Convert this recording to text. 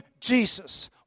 Jesus